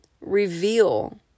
reveal